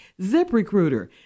ZipRecruiter